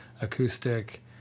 acoustic